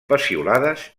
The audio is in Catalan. peciolades